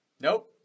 Nope